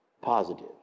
positive